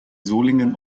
solingen